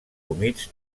humits